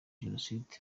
jenoside